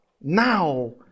now